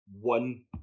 one